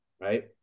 Right